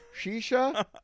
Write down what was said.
shisha